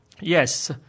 Yes